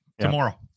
tomorrow